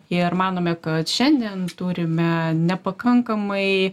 ir manome kad šiandien turime nepakankamai